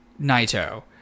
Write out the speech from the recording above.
Naito